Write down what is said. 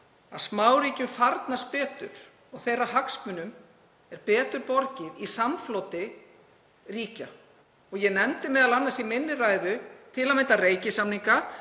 að smáríkjum farnast betur og þeirra hagsmunum er betur borgið í samfloti ríkja. Ég nefndi í minni ræðu til að mynda reikisamninga